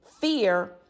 Fear